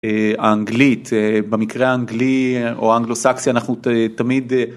א...האנגלית, א...במקרה האנגלי א-או האנגלוסקסי אנחנו ת-תמיד אה...